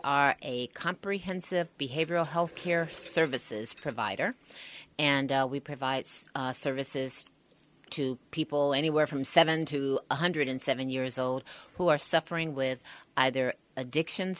are a comprehensive behavioral health care services provider and we provide services to people anywhere from seven to one hundred seven years old who are suffering with their addictions